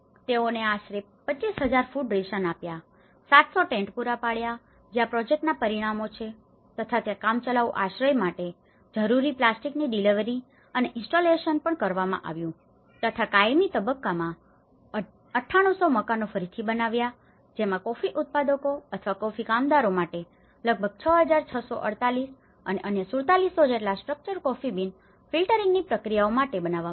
તેઓને આશરે 25000 food ration આપ્યા 700 ટેન્ટ પૂરા પાડયા જે આ પ્રોજેક્ટના પરિણામો છે તથા ત્યાં કામચલાઉ આશ્રય માટે જરૂરી પ્લાસ્ટિકની ડિલિવરી અને ઇન્સ્ટોલેશન પણ કરાવ્યું તથા કાયમી તબક્કામાં લગભગ 9800 મકાનો ફરીથી બનાવવામાં આવ્યા જેમાં કોફી ઉત્પાદકો અથવા કોફી કામદારો માટે લગભગ 6648 અને અન્ય 4700 જેટલા સ્ટ્રક્ચર કોફી બીન ફિલ્ટરિંગની પ્રક્રિયાઓ માટે બનાવવામાં આવ્યા